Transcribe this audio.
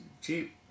cheap